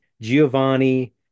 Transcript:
Giovanni